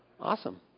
Awesome